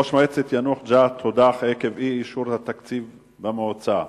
ראש מועצת יאנוח-ג'ת הודח עקב אי-אישור תקציב המועצה.